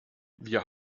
wir